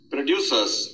Producers